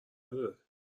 داره